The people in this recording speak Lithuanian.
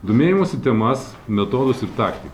domėjimosi temas metodus ir taktiką